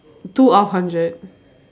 two out of hundred